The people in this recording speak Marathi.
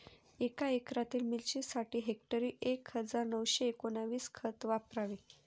एका एकरातील मिरचीसाठी हेक्टरी एक हजार नऊशे एकोणवीस खत वापरावे